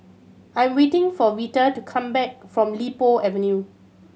I'm waiting for Vita to come back from Li Po Avenue